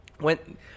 went